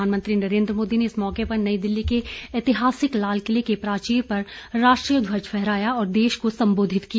प्रधानमंत्री नरेद्र मोदी ने इस मौके पर नई दिल्ली के ऐतिहासिक लाल किले के प्राचीर पर राष्ट्रीय ध्वज फहराया और देश को सम्बोधित किया